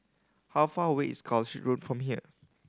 how far away is Calshot Road from here